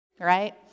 right